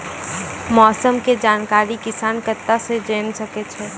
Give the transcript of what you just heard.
मौसम के जानकारी किसान कता सं जेन सके छै?